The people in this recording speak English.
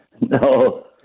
No